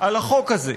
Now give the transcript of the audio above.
כל כך על החוק הזה.